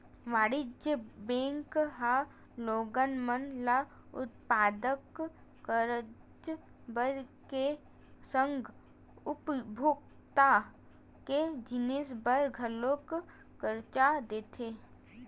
वाणिज्य बेंक ह लोगन मन ल उत्पादक करज बर के संग उपभोक्ता के जिनिस बर घलोक करजा देथे